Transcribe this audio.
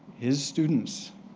his students